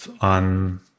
on